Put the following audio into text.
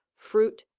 fruit,